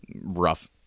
rough